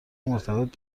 مرتبط